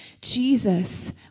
Jesus